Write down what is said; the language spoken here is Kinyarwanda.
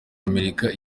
amerika